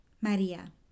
María